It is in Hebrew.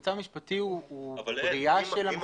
המצב המשפטי הוא בריאה של המחוקקים.